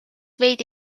veidi